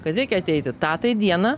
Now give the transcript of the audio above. kad reikia ateiti tą dieną